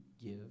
give